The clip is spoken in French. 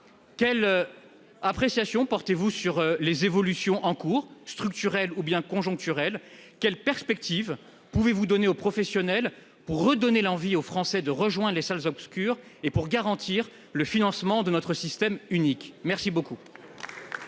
quelle appréciation portez-vous sur les évolutions en cours structurel ou bien conjoncturel quelles perspectives, pouvez-vous donner aux professionnels pour redonner l'envie aux Français de rejoint les salles obscures et pour garantir le financement de notre système unique merci beaucoup.